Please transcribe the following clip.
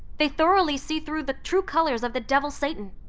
they thoroughly see through the true colors of the devil satan.